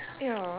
!eww!